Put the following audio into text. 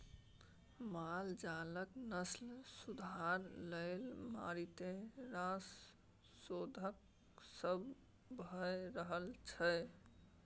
माल जालक नस्ल सुधार लेल मारिते रास शोध सब भ रहल छै